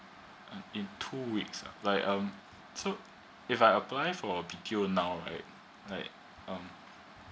mm in two weeks uh like um so if I apply for B_T_O now right like um